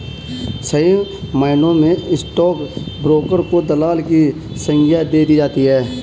सही मायनों में स्टाक ब्रोकर को दलाल की संग्या दे दी जाती है